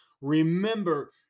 Remember